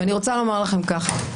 אני רוצה לומר לכם כך: